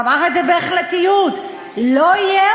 והוא אמר את זה בהחלטיות: לא יהיה,